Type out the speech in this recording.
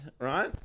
right